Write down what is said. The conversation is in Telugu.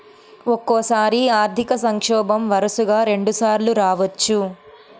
ఒక్కోసారి ఆర్థిక సంక్షోభం వరుసగా రెండుసార్లు రావచ్చు